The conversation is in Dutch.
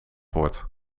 wordt